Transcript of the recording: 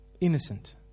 innocent